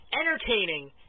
entertaining